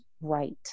right